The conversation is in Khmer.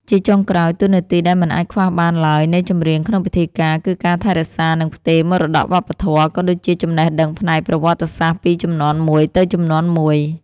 ជាចុងក្រោយ តួនាទីដែលមិនអាចខ្វះបានឡើយនៃចម្រៀងក្នុងពិធីការ គឺការថែរក្សា និងផ្ទេរមរតកវប្បធម៌ ក៏ដូចជាចំណេះដឹងផ្នែកប្រវត្តិសាស្ត្រពីជំនាន់មួយទៅជំនាន់មួយ។